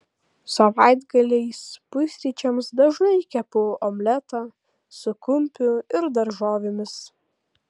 savaitgaliais pusryčiams dažnai kepu omletą su kumpiu ir daržovėmis